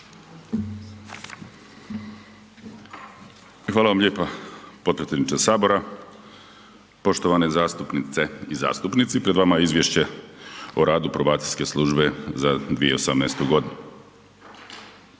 Hvala vam lijepo potpredsjedniče Sabora. Poštovane zastupnice i zastupnici, pred vama je Izvješće o radu probacijske službe za 2018. godinu.